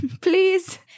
please